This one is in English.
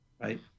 right